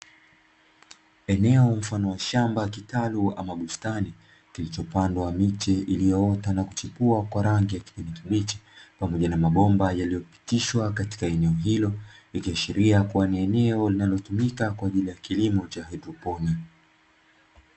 Eneo mfano wa shamba kitalu ama bustani, kilichopandwa miche iliyoota na kuchipua kwa rangi ya kijani kibichi, pamoja na mabomba yaliyopitishwa katika eneo hilo, ikiashiria kuwa ni eneo linalotumika kwa ajili ya kilimo cha haidroponi.